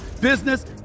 business